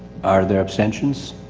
are there abstentions?